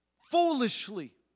foolishly